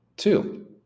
Two